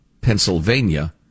Pennsylvania